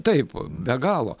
taip be galo